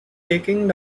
taking